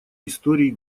истории